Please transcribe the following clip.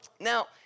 Now